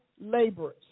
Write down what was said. laborers